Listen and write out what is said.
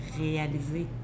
réalisé